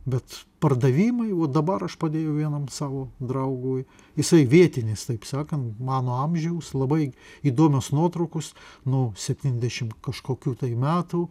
bet pardavimai va dabar aš padėjau vienam savo draugui jisai vietinis taip sakant mano amžiaus labai įdomios nuotraukos nuo septyniasdešimt kažkokių tai metų